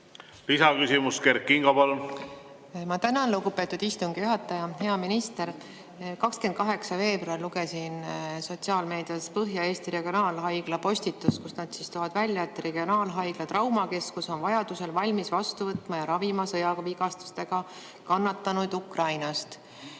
Lisaküsimus, Kert Kingo, palun! Ma tänan, lugupeetud istungi juhataja! Hea minister! 28. veebruaril lugesin sotsiaalmeediast Põhja-Eesti Regionaalhaigla postitust, kus nad toovad välja, et regionaalhaigla traumakeskus on vajadusel valmis vastu võtma ja ravima sõjavigastustega kannatanuid Ukrainast.